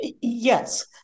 yes